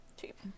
cheap